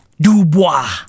Dubois